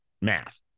math